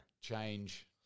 change